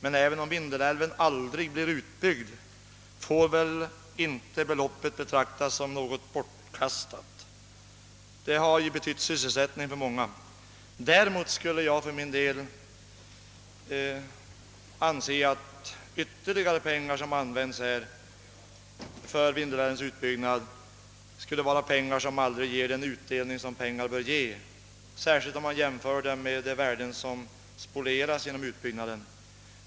Men även om Vindelälven aldrig blir utbyggd får beloppet inte betraktas som bortkastat. Dessa arbeten har betytt sysselsättning för många. Däremot skulle jag för min del anse att ytterligare pengar som användes för Vindelälvens utbyggnad inte skulle ge den utdelning som pengar bör ge — särskilt om man tar hänsyn till de värden som spolieras genom utbyggnaden.